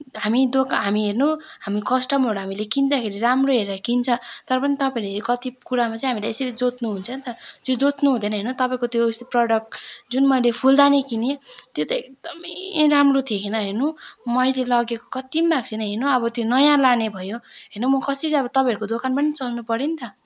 हामी दोकान हामी हेर्नु हामी कस्टमर हो हामीले किन्दाखेरि राम्रो हेरेर किन्छ तर पनि तपाईँले कति कुरामा चाहिँ यसरी जोत्नुहुन्छ नि त जोत्नुहुँदैन हेर्नु तपाईँको त्यो प्रडक्ट जुन मैले फुलदानी किनेँ त्यो त एकदमै राम्रो थिएन हेर्नु मैले लगेको कति पनि भएको छैन हेर्नु अब त्यो नयाँ लाने भयो होइन अब म कसरी अब तपाईँको दोकान पनि चल्नपऱ्यो नि त